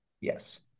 Yes